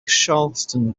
charleston